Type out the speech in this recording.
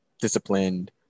disciplined